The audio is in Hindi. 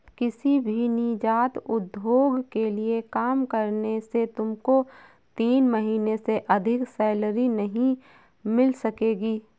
किसी भी नीजात उद्योग के लिए काम करने से तुमको तीन महीने से अधिक सैलरी नहीं मिल सकेगी